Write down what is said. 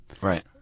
Right